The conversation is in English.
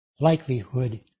likelihood